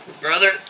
Brother